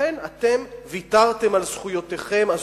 לכן אתם ויתרתם על זכויותיכם הזוגיות.